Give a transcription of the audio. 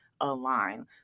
align